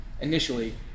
initially